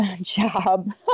job